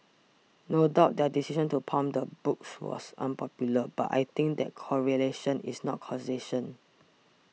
no doubt their decision to pulp the books was unpopular but I think that correlation is not causation